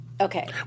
Okay